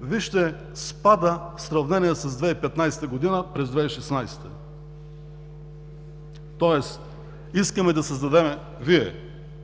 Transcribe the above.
Вижте, в сравнение с 2015 г. спада през 2016 г., тоест искаме да създадем – Вие